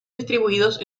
distribuidos